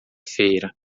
feira